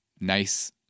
nice